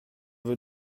veux